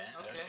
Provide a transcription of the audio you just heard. Okay